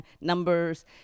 numbers